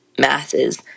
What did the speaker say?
masses